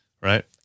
Right